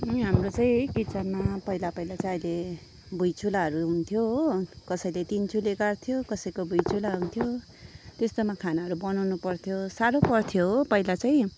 हाम्रो चाहिँ है किचनमा पहिला पहिला चाहिँ आहिले भुइँ चुलाहरू हुन्थ्यो हो कसैले तिन चुले गाड्थ्यो कसैको भुइँ चुला हुन्थ्यो त्यस्तोमा खानाहरू बनाउनु पर्थ्यो साह्रो पर्थ्यो हो पहिला चाहिँ